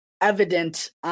evident